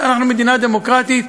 אנחנו מדינה דמוקרטית,